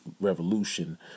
revolution